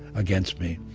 against me.